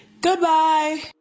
Goodbye